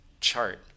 chart